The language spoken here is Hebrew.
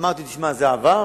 אמרתי, תשמע זה עבר,